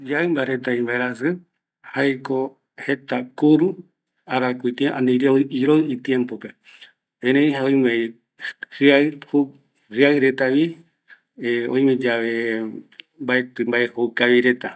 Yaɨmba reta imbaerajɨ jaeko jeta kuru, arakupe jare iroɨ iarape, erei oime jɨaɨ, jɨaɨ retavi, oime yave mbaeti mbae joukavireta